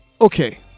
Okay